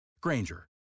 Granger